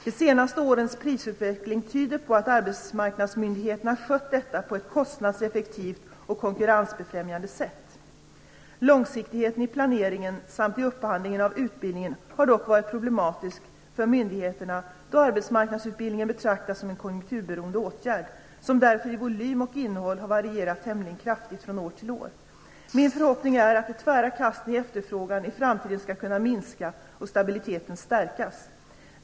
De senaste årens prisutveckling tyder på att arbetsmarknadsmyndigheterna skött detta på ett kostnadseffektivt och konkurrensbefrämjande sätt. Långsiktigheten i planeringen samt i upphandlingen av utbildningar har dock varit problematisk för myndigheterna, då arbetsmarknadsutbildningen betraktas som en konjunkturberoende åtgärd, och som därför i volym och innehåll har varierat tämligen kraftigt från år till år. Min förhoppning är att de tvära kasten i efterfrågan i framtiden skall kunna minska och stabiliteten stärkas.